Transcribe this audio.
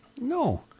no